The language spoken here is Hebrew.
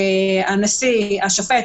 השופט,